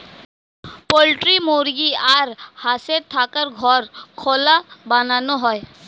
poultry মুরগি আর হাঁসের থাকার ঘর খোলা বানানো হয়